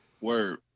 Word